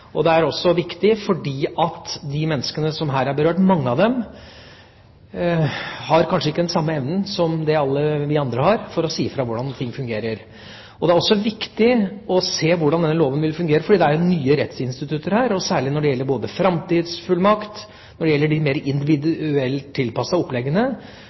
Det er også viktig fordi mange av de menneskene som her er berørt, kanskje ikke har den samme evnen som alle vi andre har, til å si fra hvordan ting fungerer. Det er også viktig å se hvordan denne loven vil fungere, for det er jo nye rettsinstitutter her. Og særlig når det gjelder framtidsfullmakt, når det gjelder de mer individuelt tilpassede oppleggene,